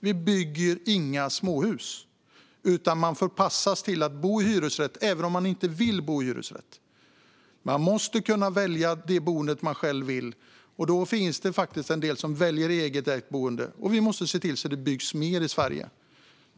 Vi bygger inga småhus, utan man förpassas till att bo i hyresrätt även om man inte vill det. Man måste kunna välja det boende som man själv vill ha, och då finns det faktiskt en del som väljer eget ägt boende. Vi måste se till att det byggs mer i Sverige.